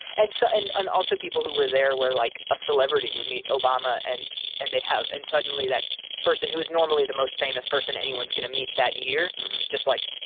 and so and and also people who were there where, like, a celebrity would meet obama. and and they'd have and, suddenly, that person who is normally the most famous person anyone's going to meet that year just, like,